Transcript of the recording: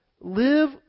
live